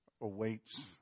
awaits